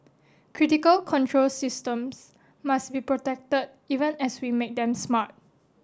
critical control systems must be protect even as we make them smart